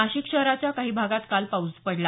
नाशिक शहराच्या काही भागात काल पाऊस पडला